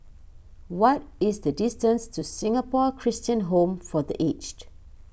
what is the distance to Singapore Christian Home for the Aged